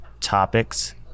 topics